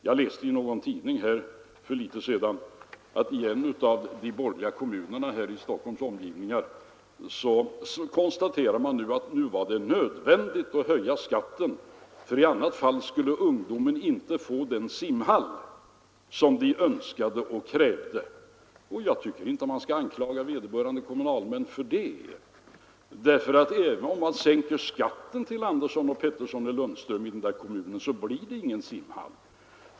Jag läste i en tidning för litet sedan att i en av de borgerligt styrda kommunerna här i Stockholms omgivningar konstaterade man att nu var det nödvändigt att höja skatten, för i annat fall skulle ungdomarna inte få den simhall som de önskade och krävde. Jag tycker inte att vederbörande kommunalmän skall klandras för detta, därför att även om man sänker skatten för Andersson, Pettersson och Lundström i den där kommunen blir det ingen simhall.